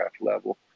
level